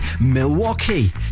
Milwaukee